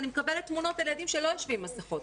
אני מקבלת תמונות על ילדים שלא יושבים עם מסכות.